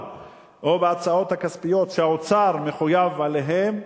או להצעות הכספיות שהאוצר מחויב אליהן,